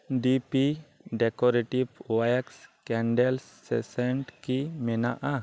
ᱰᱤᱯᱤ decorative wax candle scented ᱠᱤ ᱢᱮᱱᱟᱜ ᱟ